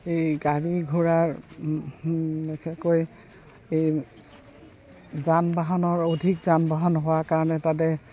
এই গাড়ী ঘোঁৰাৰ বিশেষকৈ এই যান বাহনৰ অধিক যান বাহন হোৱাৰ কাৰণে তাতে